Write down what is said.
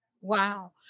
Wow